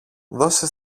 δώσε